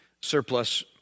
surplus